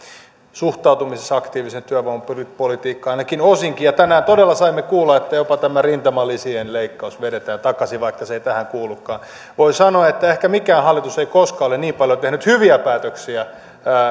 suhtautumisessa aktiiviseen työvoimapolitiikkaan ainakin osin ja tänään todella saimme kuulla että jopa tämä rintamalisien leikkaus vedetään takaisin vaikka se ei tähän kuulukaan voi sanoa että ehkä mikään hallitus ei koskaan ole niin paljon tehnyt hyviä päätöksiä